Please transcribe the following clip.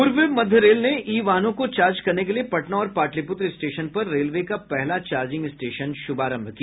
पूर्व मध्य रेल ने ई वाहनों को चार्ज करने के लिए पटना और पाटलिपुत्र स्टेशन पर रेलवे का पहला चार्जिंग स्टेशन का शुभारंभ किया